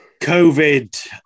COVID